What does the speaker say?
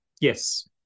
Yes